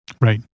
Right